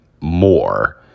more